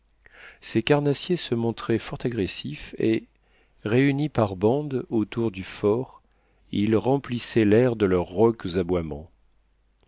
ces carnassiers se montraient fort agressifs et réunis par bandes autour du fort ils remplissaient l'air de leurs rauques aboiements